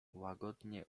łagodnie